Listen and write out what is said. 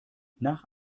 nach